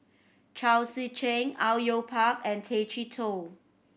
Chao Tzee Cheng Au Yue Pak and Tay Chee Toh